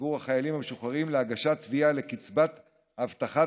עבור החיילים המשוחררים להגשת תביעה לקצבת הבטחת